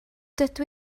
dydw